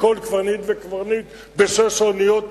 לכל קברניט וקברניט בשש האוניות,